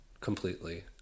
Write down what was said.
completely